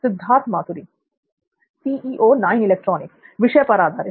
सिद्धार्थ मातुरी विषय पर आधारित